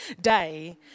day